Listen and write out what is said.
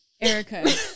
erica